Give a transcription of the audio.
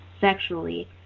sexually